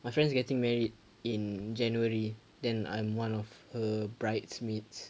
my friend's getting married in january then I'm one of her bridesmaids